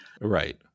Right